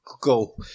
go